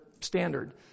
standard